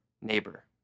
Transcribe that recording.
neighbor